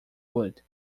would